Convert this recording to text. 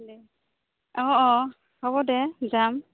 দে অঁ অঁ হ'ব দে যাম